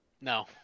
No